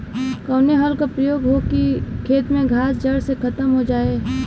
कवने हल क प्रयोग हो कि खेत से घास जड़ से खतम हो जाए?